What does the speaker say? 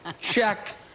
Check